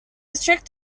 strict